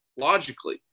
logically